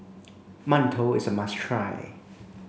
Mantou is a must try